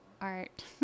art